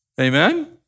amen